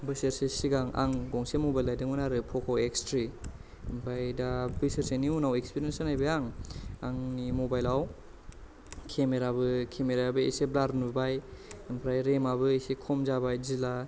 बोसोरसे सिगां आं गंसे मबाइल बायदोंमोन आरो प'क' एक्स थ्रि ओमफ्राय दा बोसोरसेनि उनाव एक्सपिरियेन्स बानायबाय आं आंनि मबाइलाव केमेराबो केमेरयाबो एसे ब्लार नुबाय ओमफ्राय रेमाबो एसे खम जाबाय दिला